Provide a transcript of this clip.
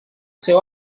seu